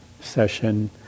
session